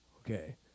Okay